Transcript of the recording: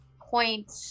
point